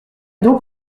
donc